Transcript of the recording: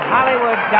Hollywood